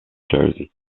jersey